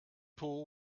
pool